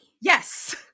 Yes